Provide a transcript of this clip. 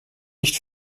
nicht